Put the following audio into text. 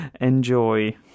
Enjoy